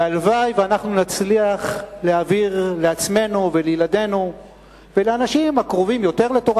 והלוואי שנצליח להעביר לעצמנו ולילדינו ולאנשים הקרובים יותר לתורה